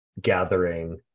gathering